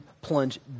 plunge